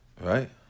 right